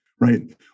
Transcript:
right